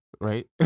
right